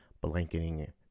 blanketing